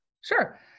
Sure